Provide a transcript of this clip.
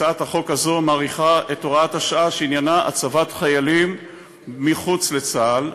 הצעת החוק הזו מאריכה את הוראת השעה שעניינה הצבת חיילים מחוץ לצה״ל,